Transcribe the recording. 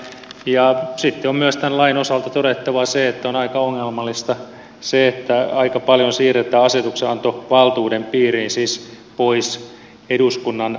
sitten on myös tämän lain osalta todettava se että on aika ongelmallista se että aika paljon siirretään asetuksenantovaltuuden piiriin siis pois eduskunnan päätösvallasta